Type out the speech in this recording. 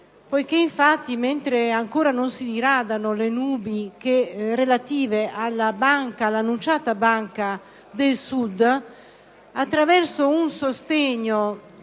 poiché, mentre ancora non si diradano le nubi relative all'annunciata Banca del Sud, attraverso un sostegno